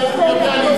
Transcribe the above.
לא.